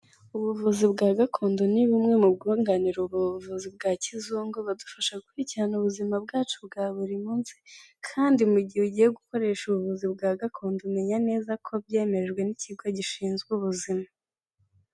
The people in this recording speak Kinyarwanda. Ubuvuzi bwa gakondo ni bumwe mu bwunganira ubuvuzi bwa kizungu, badufasha gukurikirana ubuzima bwacu bwa buri munsi kandi mu gihe ugiye gukoresha ubuvuzi bwa gakondo umenya neza ko byemejwe n'ikigo gishinzwe ubuzima.